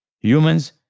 Humans